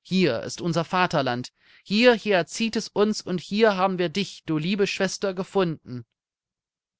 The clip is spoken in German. hier ist unser vaterland hierher zieht es uns und hier haben wir dich du liebe schwester gefunden